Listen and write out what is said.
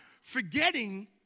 forgetting